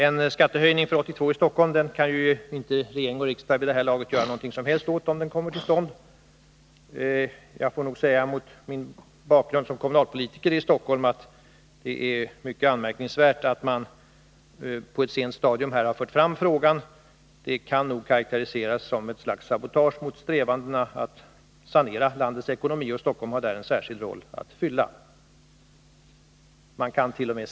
En skattehöjning i Stockholm för 1982 kan inte riksdag och regering göra något som helst åt vid det här laget, om den kommer till stånd. Med min bakgrund som kommunalpolitiker i Stockholm får jag säga att det är mycket anmärkningsvärt att man alls har fört fram frågan. Det kan karakteriseras som ett slags sabotage mot strävandena att sanera landets ekonomi, där Stockholm har en särskild uppgift att fylla. Man kant.o.m.